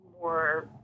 more